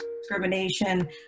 discrimination